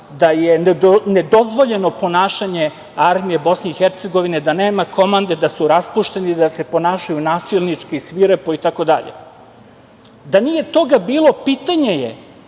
da je nedozvoljeno ponašanje armije BiH, da nema komande, da su raspušteni, da se ponašaju nasilnički, svirepo, itd. Da nije toga bilo pitanje je